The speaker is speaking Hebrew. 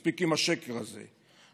מספיק עם השקר הזה,